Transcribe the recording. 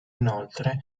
inoltre